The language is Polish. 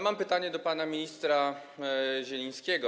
Mam pytanie do pana ministra Zielińskiego.